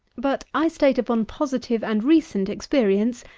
but i state upon positive and recent experience,